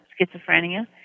schizophrenia